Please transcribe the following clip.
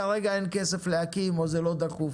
כרגע אין כסף להקים או זה לא דחוף.